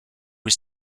was